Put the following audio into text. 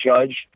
judge